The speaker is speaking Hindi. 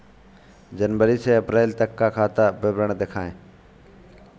जनवरी से अप्रैल तक का खाता विवरण दिखाए?